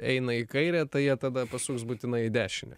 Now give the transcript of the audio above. eina į kairę tai jie tada pas mus būtinai į dešinę